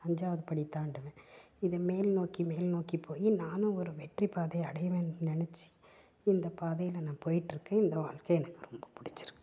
அஞ்சாவது படி தாண்டுவேன் இதை மேல் நோக்கி மேல் நோக்கி போய் நானும் ஒரு வெற்றி பாதையை அடைவேன்னு நினச்சி இந்த பாதையில் நான் போயிட்டுருக்கேன் இந்த வாழ்க்கை எனக்கு ரொம்ப பிடிச்சிருக்கு